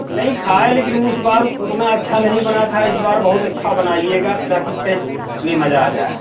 नहीं खाए लेकिन उस बार उत उतना अच्छा नहीं बना था इस बार बहुत अच्छा बनाइएगा ताकि टेस्ट में मज़ा आ जाए